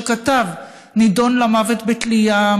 שכתב נידון למוות בתלייה,